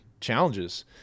challenges